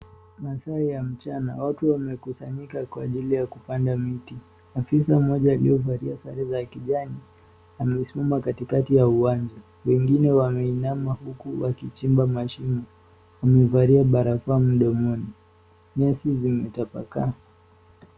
Masaa ya mchana, watu wamekusanyika kwa ajili ya kupanda miti. Afisa mmoja aliyevalia sare za kijani amesimama katikati ya uwanja, wengine wameinanama huku wakichimba mashimo. Wamevalia barakoa mdomoni, nyasi zimetapakaa.